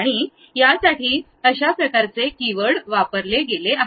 आणि यासाठी अशा प्रकारचे कीवर्ड वापरले गेले आहेत